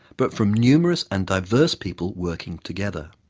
but from numerous and diverse people working together.